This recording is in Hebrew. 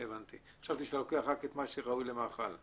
חשבתי שאתה לוקח רק את מה שראוי למאכל.